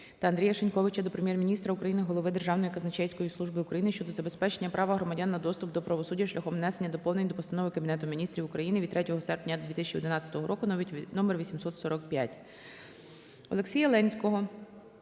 та Андрія Шиньковича до Прем'єр-міністра України, голови Державної казначейської служби України щодо забезпечення права громадян на доступ до правосуддя шляхом внесення доповнень до Постанови Кабінету Міністрів України від 3 серпня 2011 року (№ 845). Олексія Ленського